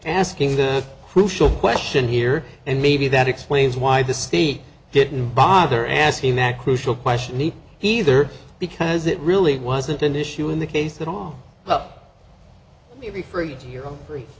asking the crucial question here and maybe that explains why the state didn't bother asking that crucial question need either because it really wasn't an issue in the case that all of we refer you to your own free